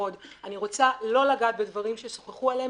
--- אני רוצה לא לגעת בדברים ששוחחו עליהם,